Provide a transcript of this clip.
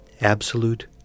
absolute